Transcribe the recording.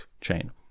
chain